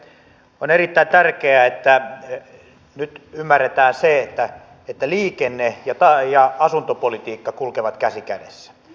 on erittäin tärkeää että nyt ymmärretään se että liikenne ja asuntopolitiikka kulkevat käsi kädessä